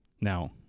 now